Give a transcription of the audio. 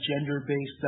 gender-based